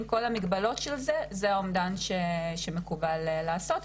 עם כל המגבלות של זה זה האומדן שמקובל לעשות,